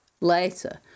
later